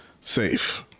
safe